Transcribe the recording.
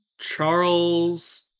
Charles